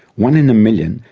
one in a million,